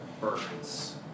birds